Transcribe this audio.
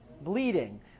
bleeding